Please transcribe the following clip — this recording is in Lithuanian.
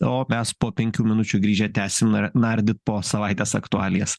o mes po penkių minučių grįžę tęsim nar nardyt po savaitės aktualijas